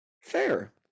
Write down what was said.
Fair